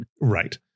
right